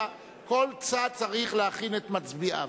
כל צד צריך להכין את מצביעיו.